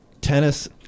Tennis